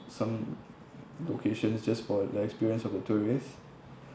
some locations just for the experience of the tourists